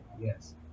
yes